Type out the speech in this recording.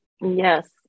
Yes